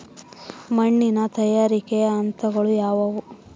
ಮಣ್ಣಿನ ತಯಾರಿಕೆಯ ಹಂತಗಳು ಯಾವುವು?